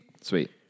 Sweet